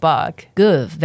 Good